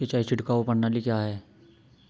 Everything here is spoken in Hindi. सिंचाई छिड़काव प्रणाली क्या है?